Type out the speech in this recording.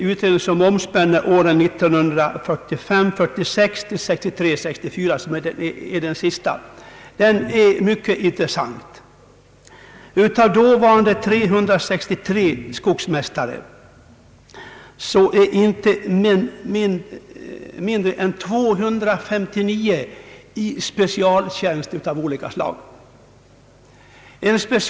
Utredningen omspänner åren 1945 64. Den är mycket intressant. Av dåvarande 363 skogsmästare är inte mindre än 259 i specialtjänst av olika slag.